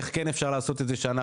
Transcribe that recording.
איך כן אפשר לעשות את זה שאנחנו,